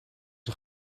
een